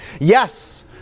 Yes